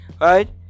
right